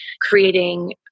creating